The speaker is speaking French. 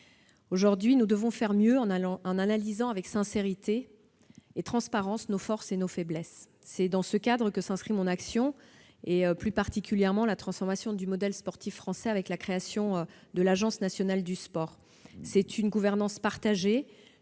Aujourd'hui, nous devons faire mieux en analysant avec sincérité et transparence nos forces et nos faiblesses. C'est dans ce cadre que s'inscrit mon action et, plus particulièrement, la transformation du modèle sportif français avec la création de l'Agence nationale du sport. Au travers d'une gouvernance partagée,